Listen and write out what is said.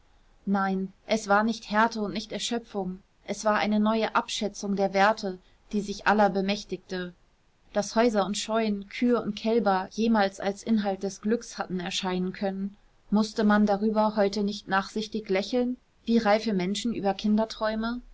nein es war nicht härte und nicht erschöpfung es war eine neue abschätzung der werte die sich aller bemächtigte daß häuser und scheunen kühe und kälber jemals als inhalt des glücks hatten erscheinen können mußte man darüber heute nicht nachsichtig lächeln wie reife menschen über kinderträume